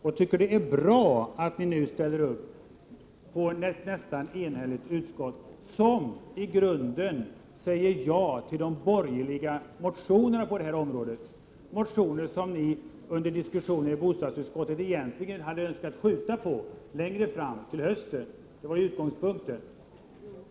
Jag tycker att det är bra att ni nu ställer er bakom ett nästan enhälligt utskottsbetänkande, som i grunden säger ja till de borgerliga motionerna på detta område — motioner som vi önskade skjuta till hösten. Det var vår utgångspunkt.